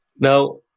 Now